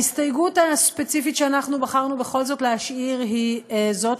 ההסתייגות הספציפית שאנחנו בחרנו בכל זאת להשאיר היא זאת